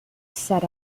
set